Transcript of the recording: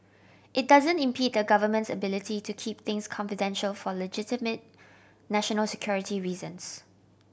it doesn't impede the Government's ability to keep things confidential for legitimate national security reasons